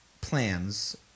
plans